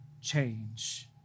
change